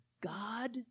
God